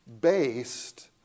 based